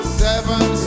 seven